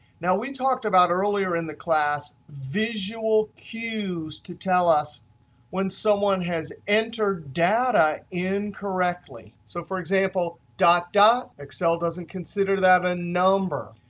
now we talked about earlier in the class visual cues to tell us when someone has entered data incorrectly. so for example, dot dot, excel doesn't consider that a number.